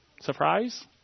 surprise